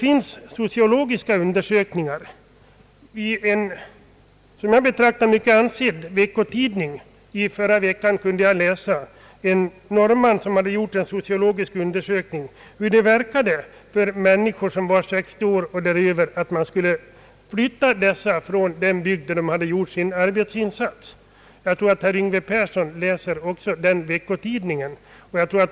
I en som jag betraktar mycket ansedd veckotidning läste jag förra veckan en artikel om en sociologisk undersökning som gjorts av en norrman. Den handlade om hur det kändes för människor på 60 år och däröver att behöva flytta från den bygd där de gjort sin arbetsinsats. Jag tror att också herr Yngve Persson läser den veckotidningen.